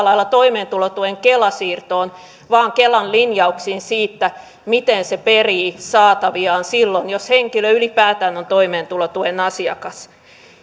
lailla toimeentulotuen kela siirtoon vaan kelan lin jauksiin siitä miten se perii saataviaan silloin jos henkilö ylipäätään on toimeentulotuen asiakas